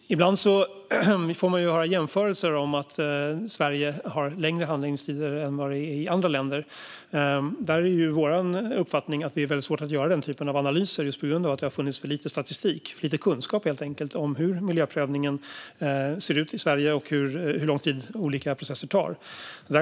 Ibland får man höra jämförelser om att Sverige har längre handläggningstider än andra länder. Där är vår uppfattning att det är svårt att göra den typen av analyser just på grund av att det har funnits för lite statistik, för lite kunskap, om hur miljöprövningen ser ut i Sverige och hur lång tid olika processer tar.